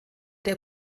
der